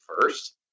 first